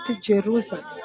Jerusalem